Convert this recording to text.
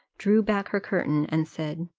drew back her curtain, and said,